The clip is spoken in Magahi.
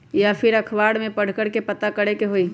या फिर अखबार में पढ़कर के पता करे के होई?